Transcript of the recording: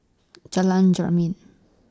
Jalan Jermin